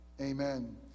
Amen